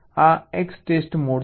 આ EXTEST mode છે